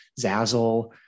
Zazzle